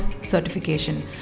certification